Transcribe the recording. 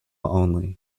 only